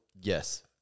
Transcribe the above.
Yes